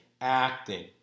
acting